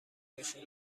بشه